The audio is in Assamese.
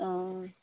অঁ